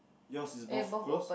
yours is both close